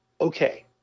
okay